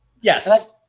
yes